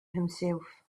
himself